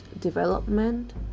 development